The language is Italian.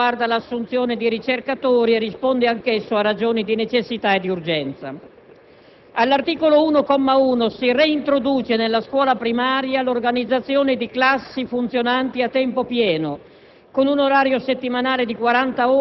Un articolo - l'articolo 3 - riguarda l'assunzione di ricercatori e risponde anch'esso a ragioni di necessità e di urgenza. All'articolo 1, comma 1, si reintroduce nella scuola primaria l'organizzazione di classi funzionanti a tempo pieno,